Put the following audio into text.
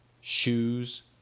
shoes